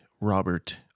robert